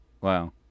Wow